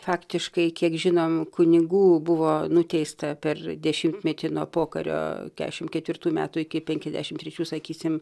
faktiškai kiek žinom kunigų buvo nuteista per dešimtmetį nuo pokario keturiasdešimt ketvirtųjų metų iki penkiasdešimt trečių sakysim